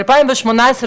בשנת 2018,